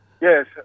Yes